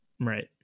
Right